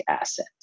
asset